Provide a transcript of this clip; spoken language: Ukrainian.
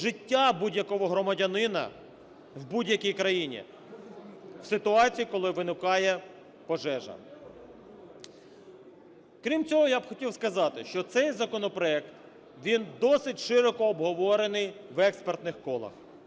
життя будь-якого громадянина в будь-якій країні в ситуації, коли виникає пожежа. Крім цього я б хотів сказати, що цей законопроект він досить широко обговорений в експертних колах,